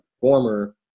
former